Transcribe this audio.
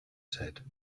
said